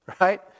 right